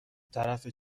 طرف